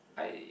I